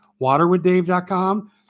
Waterwithdave.com